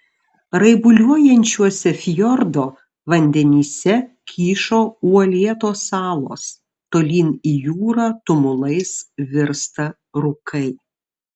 raibuliuojančiuose fjordo vandenyse kyšo uolėtos salos tolyn į jūrą tumulais virsta rūkai